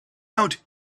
out